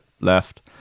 left